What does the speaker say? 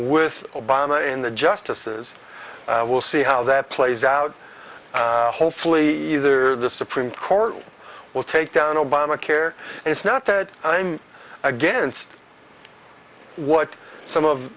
with obama in the justices we'll see how that plays out hopefully either the supreme court will take down obamacare and it's not that i'm against what some of